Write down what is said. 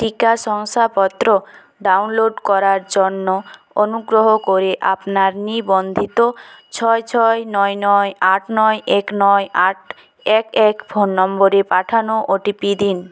টিকা শংসাপত্র ডাউনলোড করার জন্য অনুগ্রহ করে আপনার নিবন্ধিত ছয় ছয় নয় নয় আট নয় এক নয় আট এক এক ফোন নম্বরে পাঠানো ওটিপি দিন